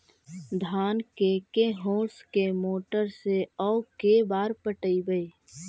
धान के के होंस के मोटर से औ के बार पटइबै?